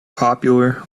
popular